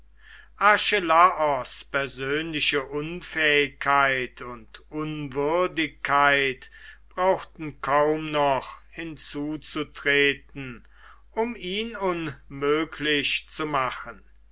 archelaos persönliche unfähigkeit und unwürdigkeit brauchten kaum noch hinzuzutreten um ihn unmöglich zu machen